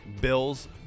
Bills